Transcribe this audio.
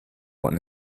one